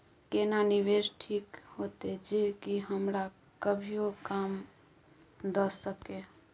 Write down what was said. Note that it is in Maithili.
केना निवेश ठीक होते जे की हमरा कभियो काम दय सके?